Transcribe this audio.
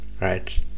right